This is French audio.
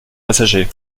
passagers